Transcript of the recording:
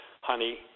honey